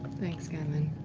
thanks, scanlan.